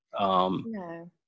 no